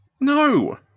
no